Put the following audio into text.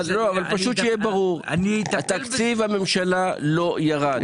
אבל שיהיה ברור, תקציב הממשלה לא ירד.